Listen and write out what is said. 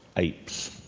apes,